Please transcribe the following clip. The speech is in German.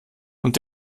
und